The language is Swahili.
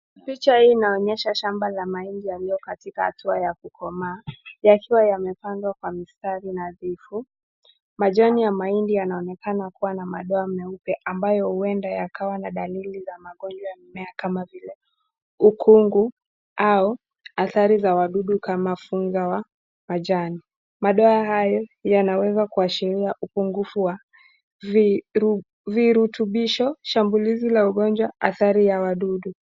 Picha hii inaonyesha shamba la mahindi lililo katika hatua ya kukomaa, yakiwa yamepandwa kwa mistari nadhifu. Majani ya mahindi yanaonekana kuwa na madoa meupe ambayo huenda yakawa na dalili za magonjwa ya mmea kama vile ukungu au athari za wadudu kama funza wa majani. Madoa hayo yanaweza kuashiria upungufu wa virutubisho, shambulizi la ugonjwa, athari ya wadudu.